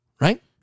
right